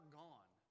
gone